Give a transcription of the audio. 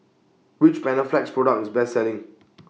Which Panaflex Product IS The Best Selling